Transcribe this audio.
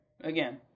Again